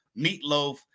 meatloaf